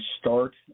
start